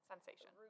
sensation